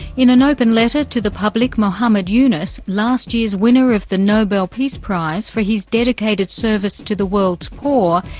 in an open letter to the public, muhummad yunus, last year's winner of the nobel peace prize for his dedicated service to the world's poor,